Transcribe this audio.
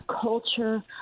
culture